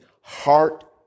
heart